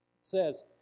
says